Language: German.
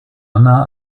anna